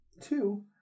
Two